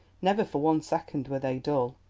never for one second were they dull,